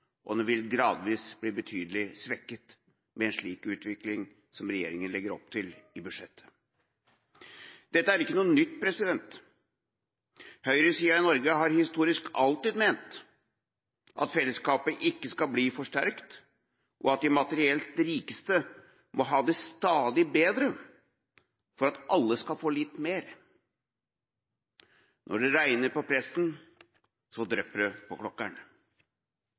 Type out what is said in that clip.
ideen. Den settes under press og vil gradvis bli betydelig svekket med en slik utvikling som regjeringa legger opp til i budsjettet. Dette er ikke noe nytt. Høyresida i Norge har historisk alltid ment at fellesskapet ikke skal bli for sterkt, og at de materielt rikeste må ha det stadig bedre for at alle skal få litt mer. Når det regner på presten, drypper det på klokkeren.